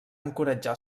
encoratjar